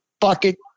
Bucket